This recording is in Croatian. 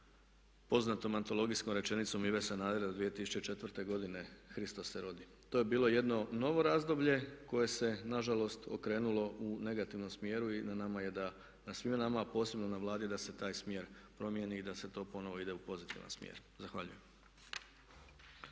poznatom antologijskom rečenicom Ive Sanadera 2004. godine "Hristos se rodi." To je bilo jedno novo razdoblje koje se nažalost okrenulo u negativnom smjeru i na nama je da, na svima nama a posebno na Vladi da se taj smjer promijeni i da se to ponovno ide u pozitivan smjer. Zahvaljujem.